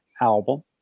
album